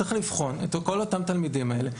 צריך לבחון את כל אותם התלמידים האלה,